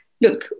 look